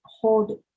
hold